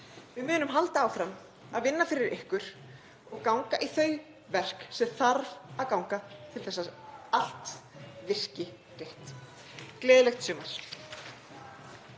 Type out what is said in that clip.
Við munum halda áfram að vinna fyrir ykkur og ganga í þau verk sem þarf að ganga til þess að allt virki rétt. — Gleðilegt sumar.